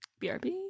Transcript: BRB